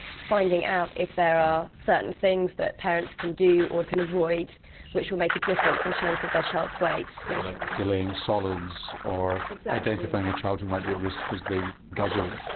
finding out if there are certain things that parents can do or can avoid which will make a difference in terms of their child's weight. like delaying solids or identifying a child who might be at risk because they guzzle.